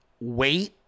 wait